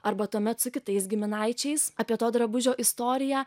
arba tuomet su kitais giminaičiais apie to drabužio istoriją